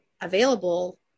available